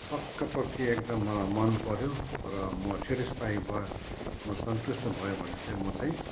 पक्कापक्की एकदम मलाई मनपऱ्यो र म स्याटिस्फाई भयो म सन्तुष्ट भयो भने चाहिँ म चाहिँ